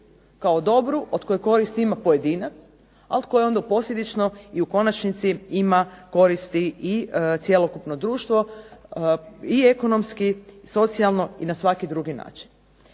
kao dobru od kojeg koristi ima pojedinac a od koje onda posljedično i u konačnici ima koristi i cjelokupno društvo i ekonomski, socijalno i na svaki drugi način.